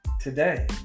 Today